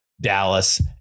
Dallas